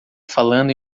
falando